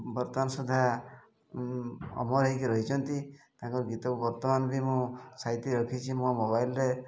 ବର୍ତ୍ତମାନ ସୁଦ୍ଧା ଅମର ହେଇକି ରହିଛନ୍ତି ତାଙ୍କ ଗୀତକୁ ବର୍ତ୍ତମାନ ବି ମୁଁ ସାଇତି ରଖିଛି ମୋ ମୋବାଇଲରେ